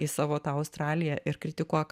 į savo tą australiją ir kritikuok